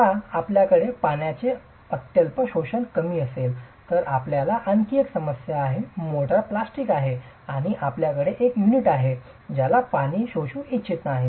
आता जर आपल्याकडे पाण्याचे अत्यल्प शोषण कमी असेल तर आपल्याला आणखी एक समस्या आहे मोर्टार प्लास्टिक आहे आणि आपल्याकडे एक युनिट आहे ज्याला पाणी शोषू इच्छित नाही